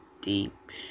deep